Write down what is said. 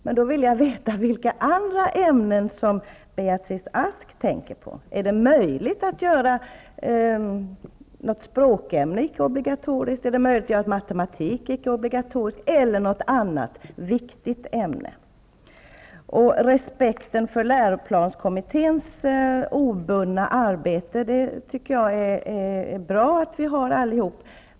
Men jag vill då veta vilka andra ämnen Beatrice Ask tänker på. Är det möjligt att göra något språkämne icke-obligatoriskt, att göra matematik icke-obligatoriskt eller något annat viktigt ämne? Jag tycker det är bra att vi allihop har respekt för läroplanskommitténs obundna arbete.